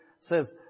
says